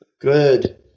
Good